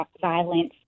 violence